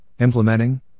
Implementing